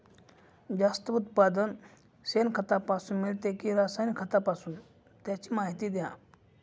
जास्त उत्पादन शेणखतापासून मिळते कि रासायनिक खतापासून? त्याची माहिती द्या